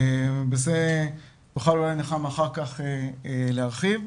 אולי נחמה אחר כך תוכל להרחיב בנושא.